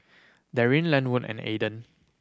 Daryn Lenwood and Aaden